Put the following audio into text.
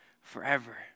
forever